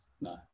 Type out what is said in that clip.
no